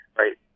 right